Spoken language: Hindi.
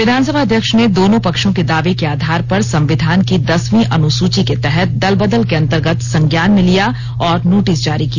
विधानसभा अध्यक्ष ने दोनों पक्षों के दावे के आधार पर संविधान की दसवीं अनुसूची के तहत दल बदल के अंतर्गत संज्ञान में लिया और नोटिस जारी की